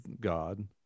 God